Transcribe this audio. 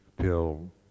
till